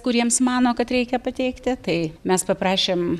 kuriems mano kad reikia pateikti tai mes paprašėm